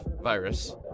virus